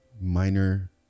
minor